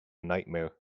nightmare